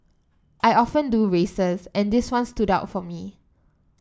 I often do races and this one stood out for me